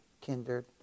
kindred